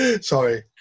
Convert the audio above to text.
sorry